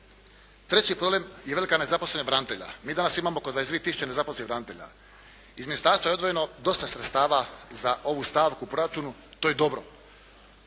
Treći problem je velika nezaposlenost branitelja. Mi danas imamo oko 22000 nezaposlenih branitelja. Iz ministarstva je odvojeno dosta sredstava za ovu stavku u proračunu. To je dobro.